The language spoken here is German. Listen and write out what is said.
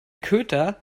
köter